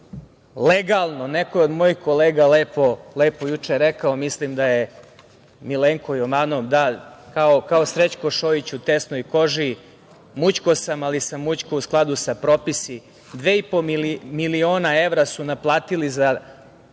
legalno, neko je od mojih kolega lepo juče rekao, mislim da je Milenko Jovanov, kao Srećko Šojić u „Tesnoj koži“ – mućkao sam, ali sam mućkao u skladu sa propisi. Dva i po miliona evra su naplatili za